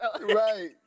Right